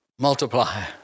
Multiply